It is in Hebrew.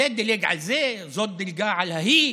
זה דילג על זה, זאת דילגה על ההיא,